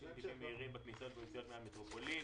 כבישים מהירים בכניסות במסגרת המטרופולין,